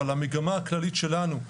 אבל המגמה הכללית שלנו,